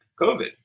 COVID